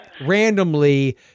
randomly